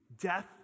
death